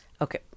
okay